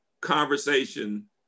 conversation